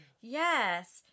Yes